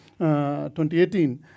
2018